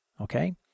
Okay